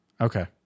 Okay